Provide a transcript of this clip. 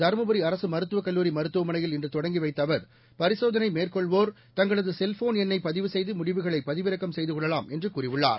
தருமபுரி அரசு மருத்துவக் கல்லூரி மருத்துவமனையில் இன்று தொடங்கி வைத்த அவர் பரிசோதனை மேற்கொள்வோர் தங்களது செல்ஃபோன் எண்ணை பதிவு செய்து முடிவுகளை பதிவிறக்கம் செய்து கொள்ளலாம் என்று கூறியுள்ளார்